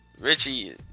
Richie